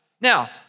Now